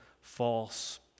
false